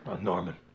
Norman